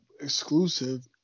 exclusive